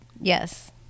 Yes